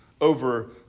over